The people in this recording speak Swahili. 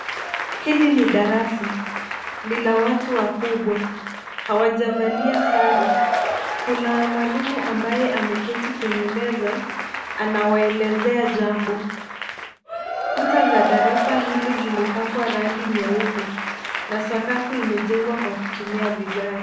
Hili ni darasa. Ni la watu wakubwa. Hawajavalia sare. Kuna mwalimu ambaye ameketi kwenye meza anawaelezea jambo. Kuta za darasa hili zimepakwa rangi nyeupe na sakafu imejengwa kwa kutumia vigae.